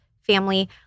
family